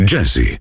Jesse